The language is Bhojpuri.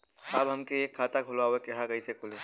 साहब हमके एक खाता खोलवावे के ह कईसे खुली?